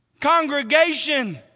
Congregation